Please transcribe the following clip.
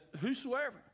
whosoever